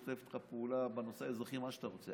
השמאל לדעתי בז לך כמו שהוא פחות או יותר בז לנו.